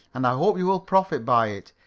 and i hope you will profit by it.